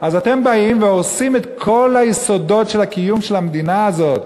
אז אתם באים והורסים את כל היסודות של הקיום של המדינה הזאת.